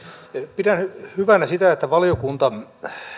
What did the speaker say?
pidän hyvänä sitä että valiokunta